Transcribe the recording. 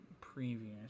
previous